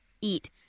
eat